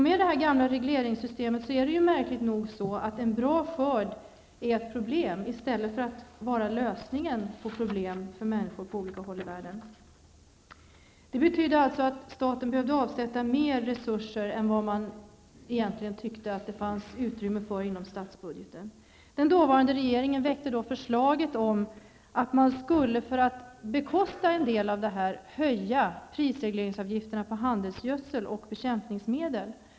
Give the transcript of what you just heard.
Med det gamla regleringssystemet är det märkligt nog så, att en bra skörd är ett problem i stället för att vara lösningen på problem för människor på olika håll i världen. Det betydde alltså att staten behövde avsätta mer resurser än vad man egentligen tyckte att det fanns utrymme för inom statsbudgeten. Den då nuvarande regeringen väckte förslaget att man för att bekosta en del av vad som behövdes skulle höja prisregleringsavgifterna på handelsgödsel och bekämpningsmedel.